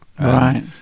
Right